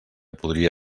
podria